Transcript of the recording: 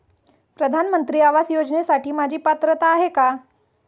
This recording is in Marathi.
प्रधानमंत्री आवास योजनेसाठी माझी पात्रता आहे का?